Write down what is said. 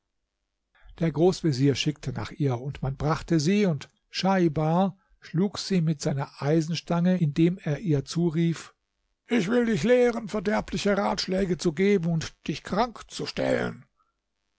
der großvezier schickte nach ihr und man brachte sie und schaibar schlug sie mit seiner eisenstange indem er ihr zurief ich will dich lehren verderbliche ratschläge zu geben und dich krank zu stellen